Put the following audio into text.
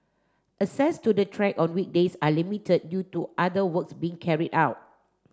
access to the track on weekdays are limited due to other works being carried out